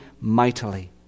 mightily